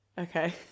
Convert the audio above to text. Okay